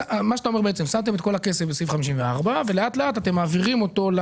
אתה אומר בעצם ששמתם את כל הכסף בסעיף 54 ולאט-לאט אתם מעבירים אותו.